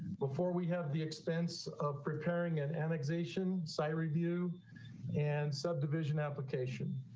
before we have the expense of preparing an annotation site review and subdivision application.